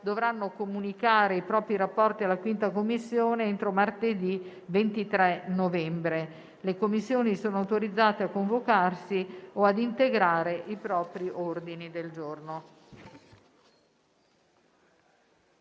dovranno comunicare i propri rapporti alla 5a Commissione entro martedì 23 novembre. Le Commissioni sono autorizzate a convocarsi o ad integrare i propri ordini del giorno.